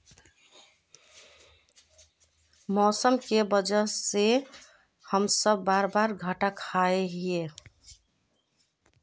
मौसम के वजह से हम सब बार बार घटा खा जाए हीये?